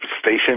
station